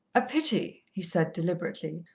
a pity, he said deliberately,